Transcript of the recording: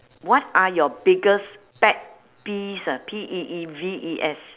what are your biggest pet peeves ah P E E V E S